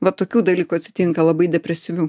vat tokių dalykų atsitinka labai depresyvių